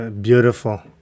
beautiful